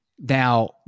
Now